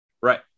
Right